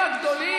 נכון,